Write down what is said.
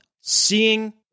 seeing